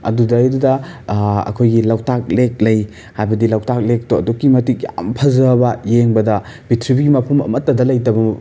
ꯑꯗꯨꯗꯩꯗꯨꯗ ꯑꯩꯈꯣꯏꯒꯤ ꯂꯧꯇꯥꯛ ꯂꯦꯛ ꯂꯩ ꯍꯥꯏꯕꯗꯤ ꯂꯧꯇꯥꯛ ꯂꯦꯛꯇꯣ ꯑꯗꯨꯛꯀꯤ ꯃꯇꯤꯛ ꯌꯥꯝ ꯐꯖꯕ ꯌꯦꯡꯕꯗ ꯄ꯭ꯔꯤꯊꯤꯕꯤꯒꯤ ꯃꯐꯝ ꯑꯃꯠꯇꯗ ꯂꯩꯇꯕ